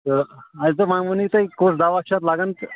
اَسہِ دوٚپ وۄنۍ ؤنِو تُہۍ کُس دَوا چھُ اَتھ لَگَان تہٕ